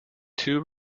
two